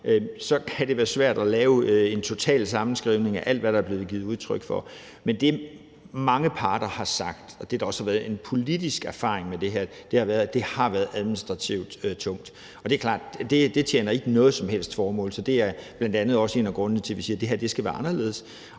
kan det være svært at lave en total sammenskrivning af alt, hvad der er blevet givet udtryk for. Men det, som mange parter har sagt, og som også har været en politisk erfaring i forhold til det her, er, at det har været administrativt tungt. Det er klart, at det tjener ikke noget som helst formål, og det er bl.a. også en af grundene til, at vi siger, at det her skal være anderledes.